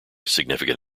significant